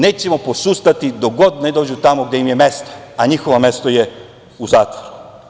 Nećemo posustati dok god ne dođu tamo gde im je mesto, a njihovo mesto je u zatvoru.